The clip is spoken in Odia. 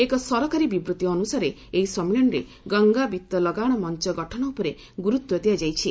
ଏକ ସରକାରୀ ବିବୃଭି ଅନୁସାରେ ଏହି ସମ୍ମିଳନୀରେ ଗଙ୍ଗା ବିତ୍ତ ଲଗାଣ ମଞ୍ଚ ଗଠନ ଉପରେ ଗୁରୁତ୍ୱ ଦିଆଯାଇଛି